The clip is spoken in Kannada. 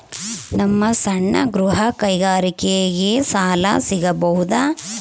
ನಮ್ಮ ಸಣ್ಣ ಗೃಹ ಕೈಗಾರಿಕೆಗೆ ಸಾಲ ಸಿಗಬಹುದಾ?